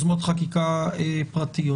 חקיקה פרטיות.